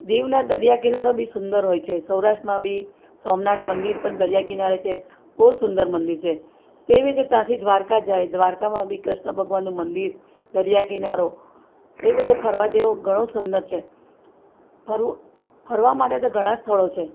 દીવના દરિયાકિનારો બી સુંદર હોય છે સૌરાષ્ટ્રમાં બી સોમનાથ મંદિર પણ દરિયાકિનારે છે બહુ સુંદર મંદિર છે તેવી રીતે ત્યાંથી દ્વારકા જાય દ્વારકામાં બી કૃષ્ણ ભગવાનનું મંદિર દરિયાકિનારો તે બધો ફરવા જેવો ઘણો સુંદર છે ફરવું ફરવા માટે તો ઘણાં સ્થળો છે